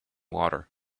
water